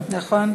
זו העבודה שלנו,